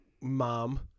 mom